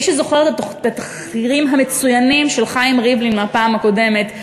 מי שזוכר את התחקירים המצוינים של חיים ריבלין מהפעם הקודמת,